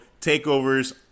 TakeOvers